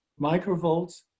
microvolts